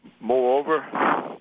Moreover